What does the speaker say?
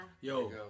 Yo